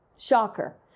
Shocker